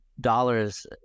dollars